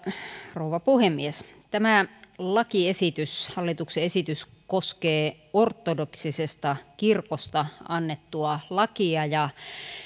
rouva puhemies tämä lakiesitys hallituksen esitys koskee ortodoksisesta kirkosta annettua lakia ja